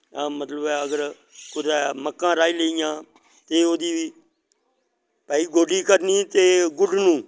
मतलव ऐ अगर कुदा मक्कां राही लेईयां ते ओह्दी बी भाई गोड्डी करनी ते गुड्डनु